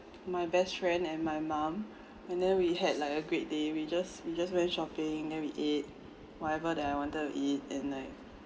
my best friend and my mom and then we had like a great day we just we just went shopping then we ate whatever that I wanted to eat and like